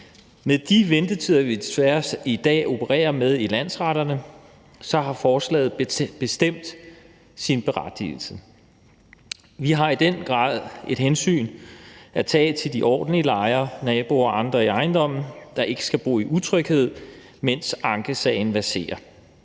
Med de ventetider, vi desværre i dag opererer med i landsretterne, har forslaget bestemt sin berettigelse. Vi har i den grad et hensyn at tage til de ordentlige lejere, naboer og andre i ejendomme, der ikke skal bo i utryghed, mens ankesagen verserer.